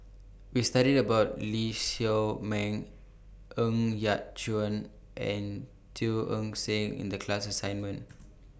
We studied about Lee Shao Meng Ng Yat Chuan and Teo Eng Seng in The class assignment